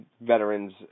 veterans